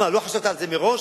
לא חשבת על זה מראש?